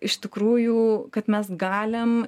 iš tikrųjų kad mes galim